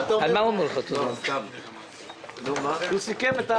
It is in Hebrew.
כמה פניות אבל הן העיקריות.